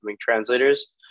translators